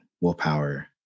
willpower